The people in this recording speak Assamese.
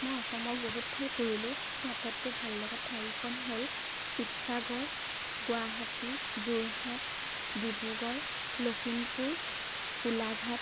মই অসমৰ বহুত ঠাই ফুৰিলোঁ মোৰ আটাইতকৈ ভাল লগা ঠাইকেইখন হ'ল শিৱসাগৰ গুৱাহাটী যোৰহাট ডিব্ৰুগড় লখিমপুৰ গোলাঘাট